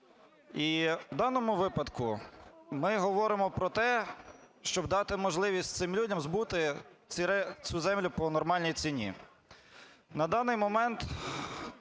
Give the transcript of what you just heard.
І в даному випадку ми говоримо про те, щоб дати можливість цим людям збути цю землю по нормальній ціні. На даний момент